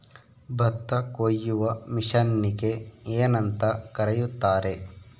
ಭತ್ತ ಕೊಯ್ಯುವ ಮಿಷನ್ನಿಗೆ ಏನಂತ ಕರೆಯುತ್ತಾರೆ?